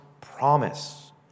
promise